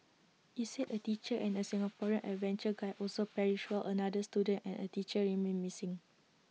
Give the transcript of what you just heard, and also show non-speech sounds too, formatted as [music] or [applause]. IT said A teacher and A [noise] Singaporean adventure guide also perished while another student and A teacher remain missing